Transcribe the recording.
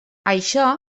això